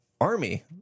Army